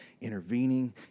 intervening